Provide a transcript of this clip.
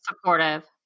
Supportive